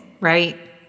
Right